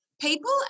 people